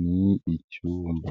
Ni icyumba